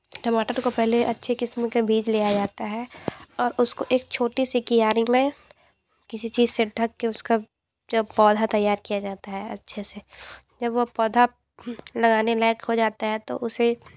टमाटर को पहले अच्छे किस्म के बीज लिया जाता है और उसको एक छोटी सी क्यारी में किसी चीज से ढक के उसका जब पौधा तैयार किया जाता है अच्छे से जब वो पौधा लगाने लायक हो जाता है तो उसे